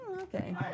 Okay